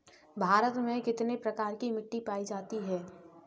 भारत में कितने प्रकार की मिट्टी पायी जाती है?